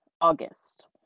August